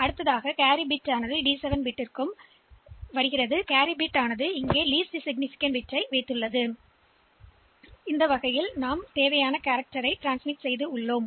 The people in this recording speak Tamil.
எனவே கேரி பிட் டி 7 பிட்டிற்கு வரும் மற்றும் கேரி பிட் உண்மையில் இப்போது அனுப்பப்பட வேண்டிய சாசனத்தில் நம்மிடம் உள்ள மிகக் குறைந்த குறிப்பிடத்தக்க பிட்டை வைத்திருக்கிறது